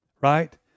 right